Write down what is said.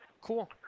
Cool